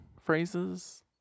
phrases